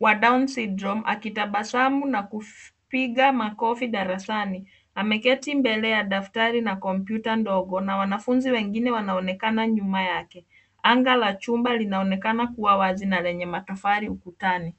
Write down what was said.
wa Down Syndrome akitabasamu na kupiga makofi darasani ameketi mbele ya daftari na komyuta ndogo na wanafunzi wengine wanaonekana nyuma yake. Anga la chumba linaonekana kua zenye matofali ukutani.